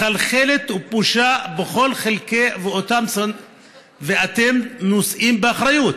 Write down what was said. מחלחלת ופושה בכל חלקי, ואתם נושאים באחריות.